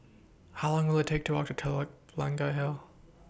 How Long Will IT Take to Walk to Telok Blangah Hill